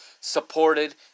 supported